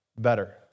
better